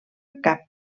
cap